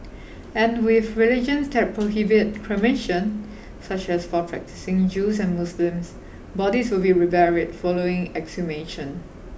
and with religions that prohibit cremation such as for practising Jews and Muslims bodies will be reburied following exhumation